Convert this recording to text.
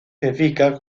científicas